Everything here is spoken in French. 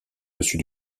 dessus